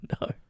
no